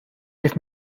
heeft